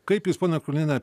kaip jūs ponia kroliene